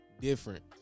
different